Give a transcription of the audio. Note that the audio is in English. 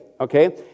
okay